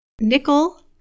Nickel